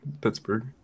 Pittsburgh